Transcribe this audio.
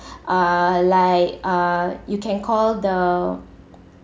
uh like uh you can call the